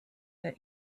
that